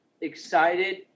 excited